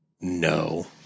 No